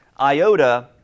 iota